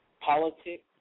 Politics